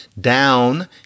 down